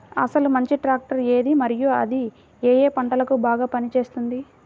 అసలు మంచి ట్రాక్టర్ ఏది మరియు అది ఏ ఏ పంటలకు బాగా పని చేస్తుంది?